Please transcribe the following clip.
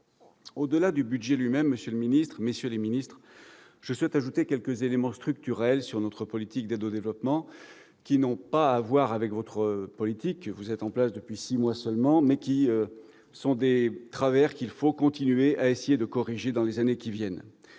Au-delà du budget lui-même, monsieur le ministre, monsieur le secrétaire d'État, je souhaite ajouter quelques éléments structurels sur notre politique d'aide au développement, qui n'ont pas à voir avec vos décisions- vous êtes en place depuis six mois seulement -, mais qui correspondent à des travers qu'il faut continuer à essayer de corriger dans les années qui viennent.